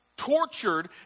tortured